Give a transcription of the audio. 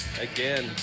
again